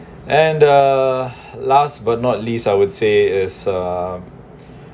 and uh last but not least I would say is um